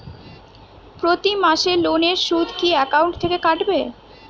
প্রতি মাসে লোনের সুদ কি একাউন্ট থেকে কাটবে?